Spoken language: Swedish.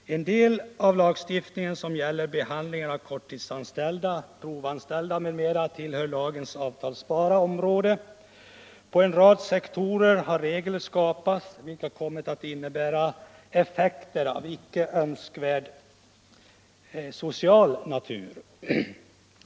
Den del av lagstiftningen som gäller behandlingen av korttidsanställda, provanställda m.m. tillhör lagens avtalsbara område. På en rad sektorer har regler skapats, vilka kommit att innebära effekter av icke önskad social natur.